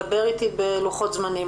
דבר אתי בלוחות זמנים.